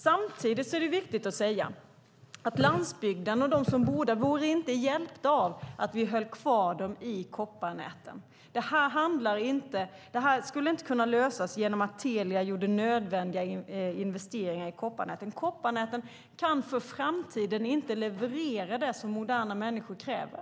Samtidigt är det viktigt att säga att landsbygden och de som bor där inte vore hjälpta av att vi höll kvar dem i kopparnäten. Detta kan inte lösas genom att Telia gör nödvändiga investeringar i kopparnäten. Kopparnäten kan i framtiden inte leverera det som moderna människor kräver.